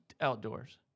outdoors